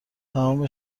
تمام